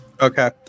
Okay